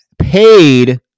paid